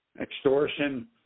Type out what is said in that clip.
extortion